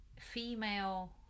Female